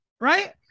right